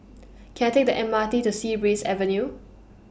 Can I Take The M R T to Sea Breeze Avenue